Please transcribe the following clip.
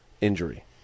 injury